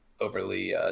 overly